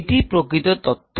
এটি প্রকৃত তথ্য